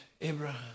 Abraham